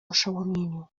oszołomieniu